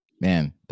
Man